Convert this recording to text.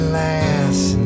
last